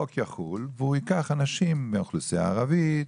החוק יחול וייקח אנשים מהאוכלוסייה הערבית,